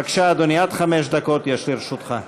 בבקשה, אדוני, עד חמש דקות יש לרשותך.